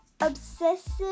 obsessive